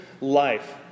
life